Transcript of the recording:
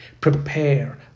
prepare